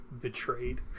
Betrayed